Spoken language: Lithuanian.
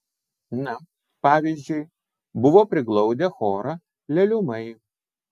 na pavyzdžiui buvo priglaudę chorą leliumai